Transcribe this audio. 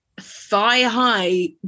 thigh-high